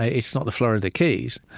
ah it's not the florida keys.